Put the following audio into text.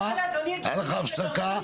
הייתה לך הפסקה.